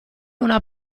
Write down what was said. una